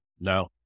no